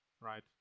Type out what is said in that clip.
right